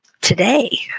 today